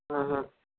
हम्म हम्म